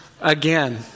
again